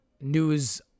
news